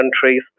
countries